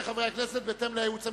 קבוצת סיעת האיחוד הלאומי,